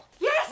Yes